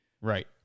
right